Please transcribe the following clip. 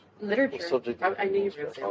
Literature